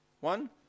one